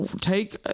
take –